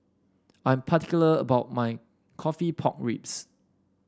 I'm particular about my coffee Pork Ribs